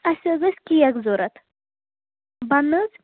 اَسہِ حظ ٲسۍ کیک ضوٚرَتھ بَنٛنہٕ حظ